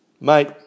mate